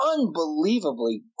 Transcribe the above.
unbelievably